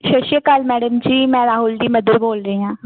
ਸਤਿ ਸ਼੍ਰੀ ਅਕਾਲ ਮੈਡਮ ਜੀ ਮੈਂ ਰਾਹੁਲ ਦੀ ਮਦਰ ਬੋਲ ਰਹੀ ਹਾਂ